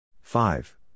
five